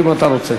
אם אתה רוצה.